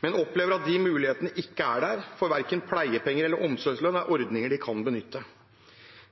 men opplever at de mulighetene ikke er der. For verken pleiepenger eller omsorgslønn er ordninger de kan benytte.